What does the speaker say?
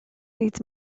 needs